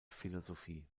philosophie